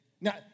Now